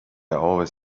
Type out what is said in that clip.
always